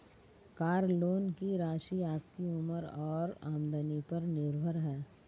car loan की राशि आपकी उम्र और आमदनी पर निर्भर है